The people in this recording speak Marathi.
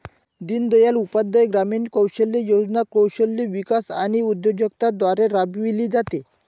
दीनदयाळ उपाध्याय ग्रामीण कौशल्य योजना कौशल्य विकास आणि उद्योजकता द्वारे राबविली जाते